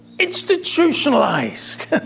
institutionalized